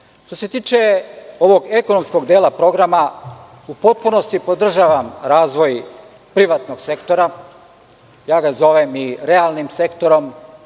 se tiče ovog ekonomskog dela programa, u potpunosti podržavam razvoj privatnog sektora, ja ga zovem i realnim sektorom,